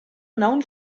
known